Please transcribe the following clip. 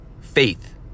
Faith